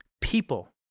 people